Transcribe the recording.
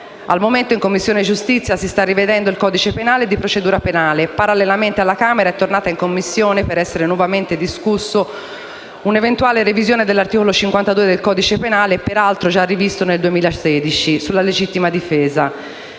Al momento in Commissione giustizia si sta rivedendo il codice penale e di procedura penale. Parallelamente, alla Camera è tornata in Commissione, per essere nuovamente discussa, un'eventuale revisione dell'articolo 52 del codice penale sulla legittima difesa,